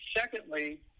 Secondly